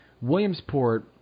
williamsport